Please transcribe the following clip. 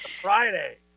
Friday